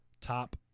top